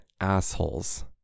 Assholes